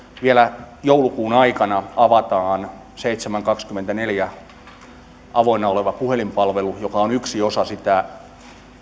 vielä joulukuun aikana avataan kaksikymmentäneljä kautta seitsemänä avoinna oleva puhelinpalvelu joka on yksi osa sitä